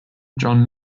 john